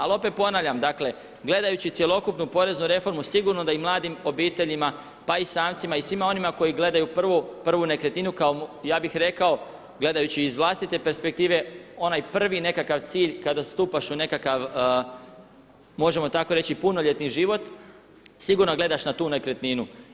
Ali opet ponavljam dakle gledajući cjelokupnu poreznu reformu sigurno da i mladim obiteljima pa i samcima i svima onima koji gledaju prvu nekretninu, ja bih rekao gledajući iz vlastite perspektive onaj prvi nekakav cilj kada stupaš u nekakav možemo tako reći punoljetni život sigurno gledaš na tu nekretninu.